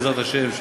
בעזרת השם,